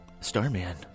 Starman